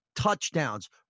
touchdowns